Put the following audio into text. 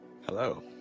Hello